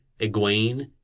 Egwene